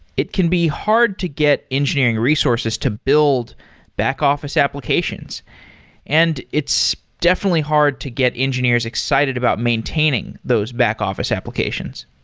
it can be hard to get engineering resources to build back-office applications and it's definitely hard to get engineers excited about maintaining those back-office applications.